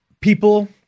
People